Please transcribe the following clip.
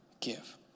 give